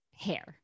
hair